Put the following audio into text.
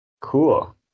cool